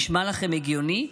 נשמע לכם הגיוני?